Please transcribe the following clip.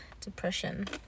depression